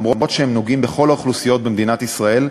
אף שהם נוגעים בכל האוכלוסיות במדינת ישראל,